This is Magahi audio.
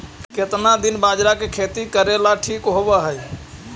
केतना दिन बाजरा के खेती करेला ठिक होवहइ?